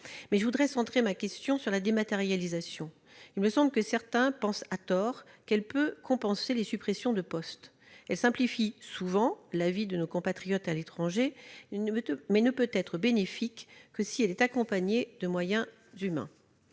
dit, je voudrais centrer ma question sur la dématérialisation. Il me semble que certains pensent, à tort, qu'elle peut compenser les suppressions de postes. Elle simplifie souvent la vie de nos compatriotes à l'étranger, mais ne peut être bénéfique que si elle est accompagnée de moyens humains.